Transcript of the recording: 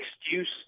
excuse